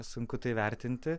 sunku tai vertinti